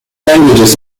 languages